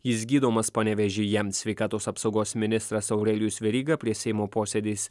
jis gydomas panevėžyje sveikatos apsaugos ministras aurelijus veryga prieš seimo posėdį jis